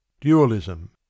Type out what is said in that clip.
Dualism